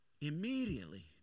Immediately